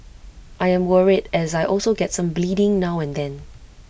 I am worried as I also get some bleeding now and then